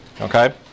okay